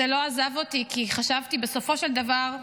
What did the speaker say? זה לא עזב אותי, כי חשבתי: בסופו של דבר,